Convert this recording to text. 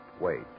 Wait